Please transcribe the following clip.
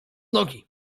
nogi